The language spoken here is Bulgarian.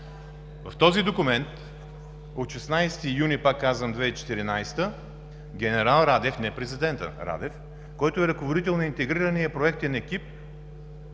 В този документ от 16 юни, пак казвам, 2014 г. генерал Радев, не президентът Радев, който е ръководител на интегрирания проектен екип,